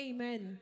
Amen